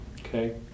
Okay